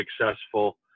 successful